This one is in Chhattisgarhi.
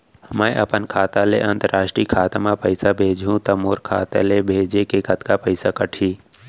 मै ह अपन खाता ले, अंतरराष्ट्रीय खाता मा पइसा भेजहु त मोर खाता ले, भेजे के कतका पइसा कटही?